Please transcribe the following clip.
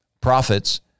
prophets